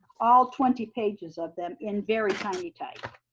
all twenty pages of them in very tiny type,